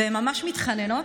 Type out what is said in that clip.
והן ממש מתחננות